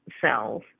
cells